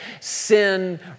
sin